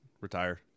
Retire